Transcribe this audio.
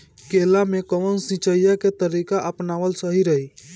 केला में कवन सिचीया के तरिका अपनावल सही रही?